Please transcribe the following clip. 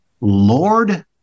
Lord